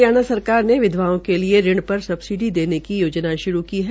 हरियाणा सरकार ने विधवाओं के लिए ऋण पर सबसिडी देने की योजना श्रू की है